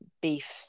beef